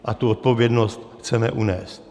A tu odpovědnost chceme unést.